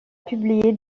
publié